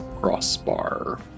crossbar